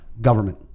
Government